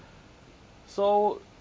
so